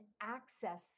access